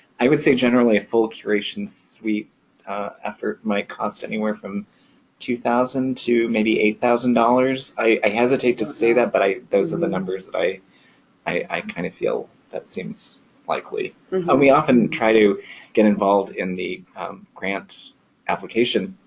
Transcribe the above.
i would say, generally a full curation suite effort might cost anywhere from two thousand to maybe eight thousand dollars. i hesitate to say that but those are the numbers i i kind of feel that seems likely. but we often try to get involved in the grant application